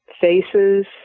faces